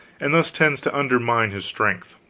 and thus tends to undermine his strength.